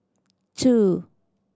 two